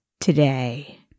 today